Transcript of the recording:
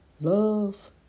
Love